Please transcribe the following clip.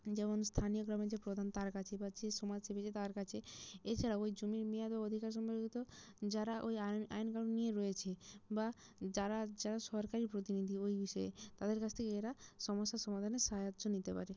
যেমন স্থানীয় গ্রামের যে প্রধান তার কাছে বা যে সমাজসেবী যে তার কাছে এছাড়াও ওই জমির মেয়াদ ও অধিকার সম্পর্কিত যারা ওই আইন আইন কানুন নিয়ে রয়েছে বা যারা যারা সরকারি প্রতিনিধি ওই বিষয়ে তাদের কাছ থেকে এরা সমস্যার সমাধানে সাহায্য নিতে পারে